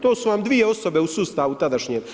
To su vam dvije osobe u sustavu tadašnjem.